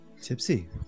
Tipsy